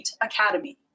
Academy